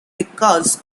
because